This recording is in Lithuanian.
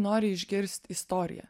nori išgirst istoriją